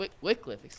Wycliffe